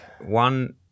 one